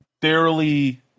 thoroughly